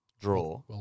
draw